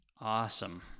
Awesome